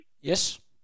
Yes